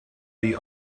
the